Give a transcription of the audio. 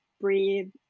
breathe